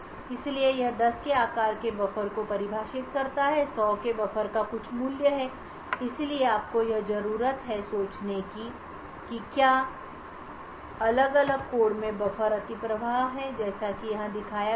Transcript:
इसलिए यह 10 के आकार के बफर को परिभाषित करता है और 100 के बफ़र का कुछ मूल्य है इसलिए आपको यहज़रूरत है सोचने की कि क्या अलग अलग कोड में बफर अतिप्रवाह है जैसा कि यहां दिखाया गया है